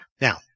Now